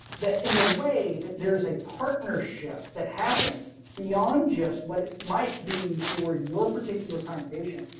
that in a way that there's a partnership that happens beyond just what might be for your particular congregation,